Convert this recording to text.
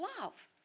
love